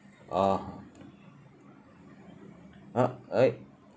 orh uh alright